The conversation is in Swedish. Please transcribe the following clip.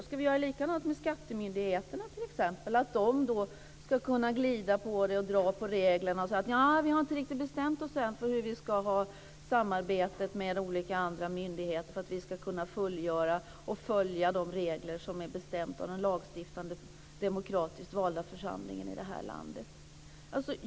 Ska vi göra likadant med t.ex. skattemyndigheterna, att de ska kunna glida på det och dra på reglerna och säga att de inte riktigt har bestämt sig för hur samarbetet med andra myndigheter ska gå till för att de ska kunna fullgöra och följa de regler som är beslutade av den lagstiftande demokratiskt valda församlingen i det här landet?